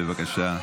בבקשה.